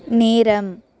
நேரம்